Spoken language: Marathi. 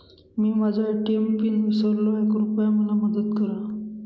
मी माझा ए.टी.एम पिन विसरलो आहे, कृपया मला मदत करा